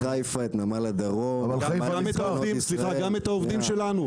חיפה, נמל הדרום- -- גם את העובדים שלנו.